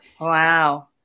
Wow